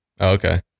Okay